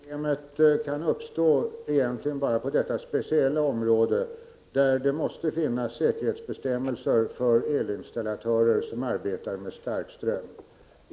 Fru talman! Det här problemet kan egentligen uppstå bara på detta speciella område, där det måste finnas säkerhetsbestämmelser för elinstallatörer som arbetar med starkström.